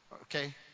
okay